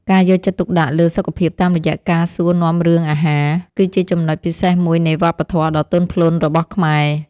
ការយកចិត្តទុកដាក់លើសុខភាពតាមរយៈការសួរនាំរឿងអាហារ គឺជាចំណុចពិសេសមួយនៃវប្បធម៌ដ៏ទន់ភ្លន់របស់ខ្មែរ។